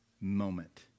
moment